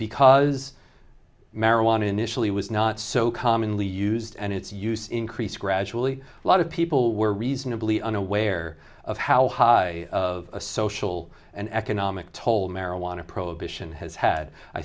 because marijuana initially was not so commonly used and its use increased gradually a lot of people were reasonably unaware of how high of a social and economic toll marijuana prohibition has had i